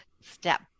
step